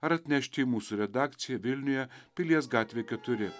ar atnešti į mūsų redakciją vilniuje pilies gatvė keturi